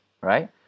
right